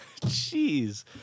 Jeez